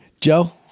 joe